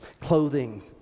Clothing